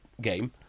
game